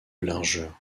largeur